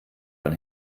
von